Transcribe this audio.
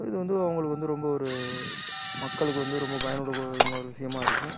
இது வந்து அவங்களுக்கு வந்து ரொம்ப ஒரு மக்களுக்கு வந்து ரொம்ப பயன் உள்ள ஒரு விஷயமா இருக்கு